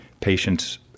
Patients